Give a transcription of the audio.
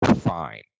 fine